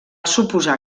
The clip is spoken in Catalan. suposar